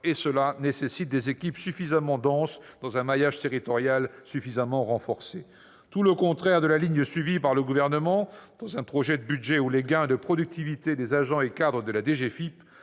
: cela nécessite des équipes suffisamment denses, oeuvrant au sein d'un maillage territorial suffisamment renforcé, au rebours de la ligne suivie par le Gouvernement au travers d'un projet de budget où les gains de productivité des agents et cadres de la DGFiP